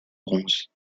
bronzes